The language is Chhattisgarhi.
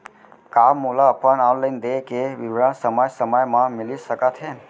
का मोला अपन ऑनलाइन देय के विवरण समय समय म मिलिस सकत हे?